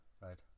right